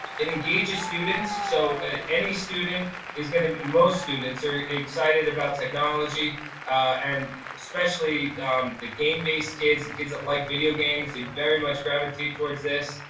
it engages students. so any student is gonna be most students are excited about technology and especially the game based kids, the kids that like video games, they very much gravitate towards this.